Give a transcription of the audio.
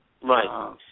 Right